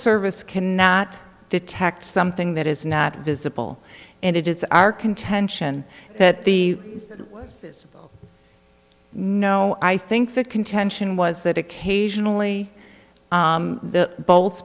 service cannot detect something that is not visible and it is our contention that the no i think the contention was that occasionally